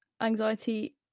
anxiety